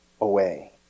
away